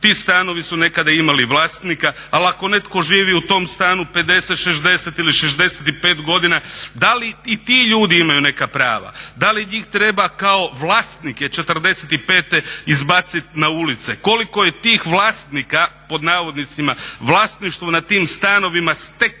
Ti stanovi su nekada imali vlasnika. Ali ako netko živi u tom stanu 50, 60 ili 65 godina da li i ti ljudi imaju neka prava? Da li njih treba kao vlasnike '45. izbacit na ulice? Koliko je tih vlasnika pod navodnicima, vlasništvo nad tim stanovima steklo